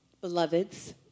beloveds